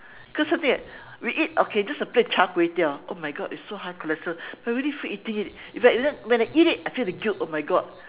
cause a thing we eat okay just a plate of char-kway-teow oh my god it is so high cholesterol but we really feel eating it and when I eat it I feel the guilt oh my god